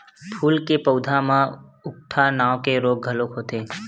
फूल के पउधा म उकठा नांव के रोग घलो होथे